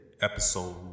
episode